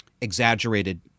exaggerated